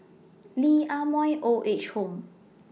Lee Ah Mooi Old Age Home